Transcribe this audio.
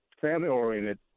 family-oriented